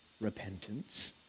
repentance